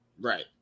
right